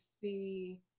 see